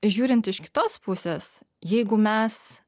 žiūrint iš kitos pusės jeigu mes